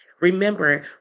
Remember